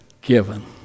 given